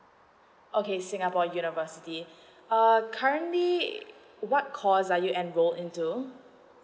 okay singapore university err currently what course are you enrolled into